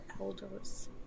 elders